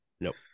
Nope